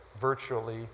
virtually